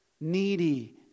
needy